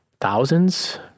thousands